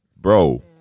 bro